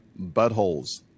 Buttholes